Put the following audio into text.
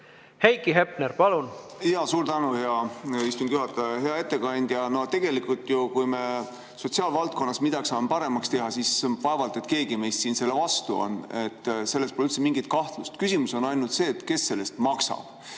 Heiki Hepner, palun! Suur tänu, hea istungi juhataja! Hea ettekandja! Tegelikult ju, kui me sotsiaalvaldkonnas midagi saame paremaks teha, siis vaevalt et keegi meist siin selle vastu on. Selles pole mingit kahtlust. Küsimus on ainult selles, kes selle eest maksab.